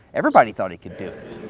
everybody thought he could do it.